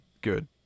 good